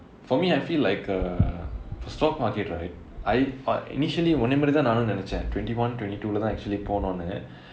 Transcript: for me I feel like uh stock market right I uh initially உன்னை மாதிரிதான் நானும் நினைச்சேன்:unnai maathirithaan naanum ninaichaen twenty one twenty two leh தான்:thaan actually போனோம்னு:ponomnu